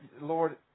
Lord